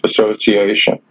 Association